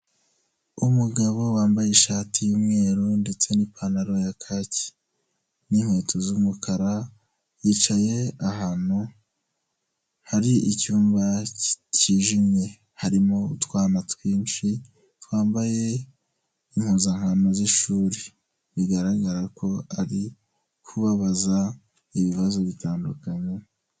Umugabo wambaye ishati y'umweru ndetse n'ipantaro ya kaki n'inkweto z'umukara, yicaye ahantu hari icyumba cyijimye. Harimo utwana twinshi twambaye impuzankano z'ishuri. Bigaragara ko ari kubabaza ibibazo bitandukanye.